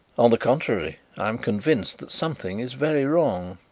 on the contrary, i am convinced that something is very wrong.